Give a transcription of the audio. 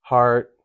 Heart